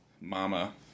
Mama